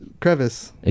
crevice